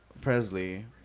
Presley